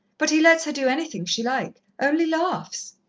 but he lets her do anything she like only laughs.